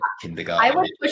kindergarten